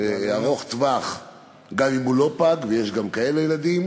ארוך טווח גם אם הם לא פגים, ויש גם ילדים